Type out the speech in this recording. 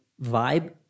vibe